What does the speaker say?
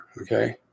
Okay